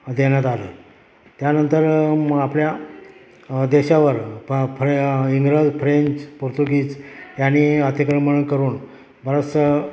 देण्यात आलं त्यानंतर म आपल्या देशावर इंग्रज फ्रेंच पोर्तुगीज यांनी अतिक्रमण करून बरचसं